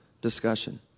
discussion